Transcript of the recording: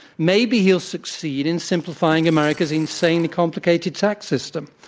maybe he'll succeed in simplifying america's insanely complicated tax system.